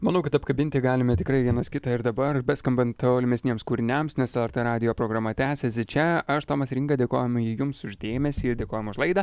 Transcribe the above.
manau kad apkabinti galime tikrai vienas kitą ir dabar beskambant tolimesniems kūriniams nes lrt radijo programa tęsiasi čia aš tomas ir inga dėkojam jums už dėmesį ir dėkojam už laidą